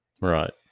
right